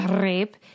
rape